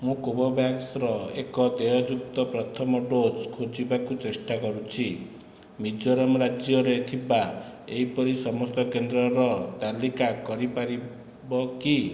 ମୁଁ କୋଭୋଭ୍ୟାକ୍ସର ଏକ ଦେୟଯୁକ୍ତ ପ୍ରଥମ ଡୋଜ୍ ଖୋଜିବାକୁ ଚେଷ୍ଟା କରୁଛି ମିଜୋରାମ ରାଜ୍ୟରେ ଥିବା ଏହିପରି ସମସ୍ତ କେନ୍ଦ୍ରର ତାଲିକା କରିପାରିବ କି